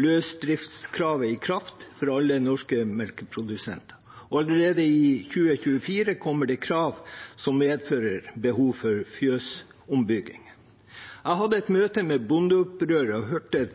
løsdriftskravet i kraft for alle norske melkeprodusenter, og allerede i 2024 kommer det krav som medfører behov for fjøsombygging. Jeg hadde et